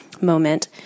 moment